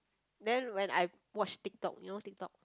then when I watch TikTok you know TikTok